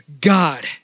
God